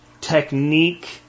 technique